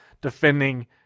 defending